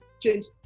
change